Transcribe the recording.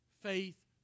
faith